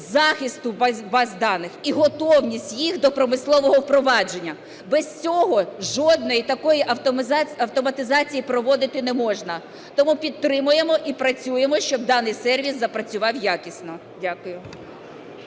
захисту баз даних, і готовність їх до промислового впровадження. Без цього жодної такої автоматизації проводити не можна. Тому підтримуємо і працюємо, щоб даний сервіс запрацював якісно. Дякую.